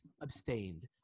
abstained